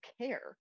care